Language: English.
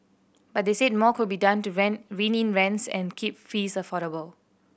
but they said more could be done to rent rein in rents and keep fees affordable